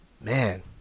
man